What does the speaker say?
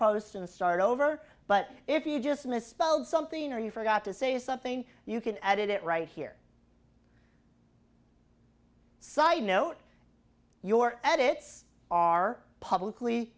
post and start over but if you just misspelled something or you forgot to say something you can add it right here side note your edits are publicly